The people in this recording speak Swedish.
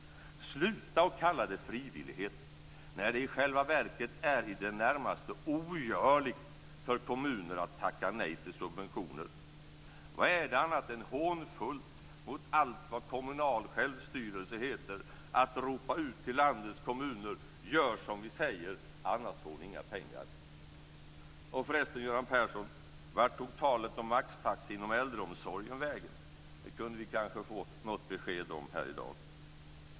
Sluta att kalla det frivillighet när det i själva verket är i det närmaste ogörligt för kommuner att tacka nej till subventioner. Vad är det annat än hånfullt mot allt vad kommunal självstyrelse heter att ropa ut till landets kommuner: Gör som vi säger, annars få ni inga pengar! Och förresten, Göran Persson, vart tog talet om maxtaxa inom äldreomsorgen vägen? Det kunde vi kanske få något besked om här i dag.